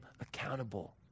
accountable